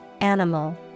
animal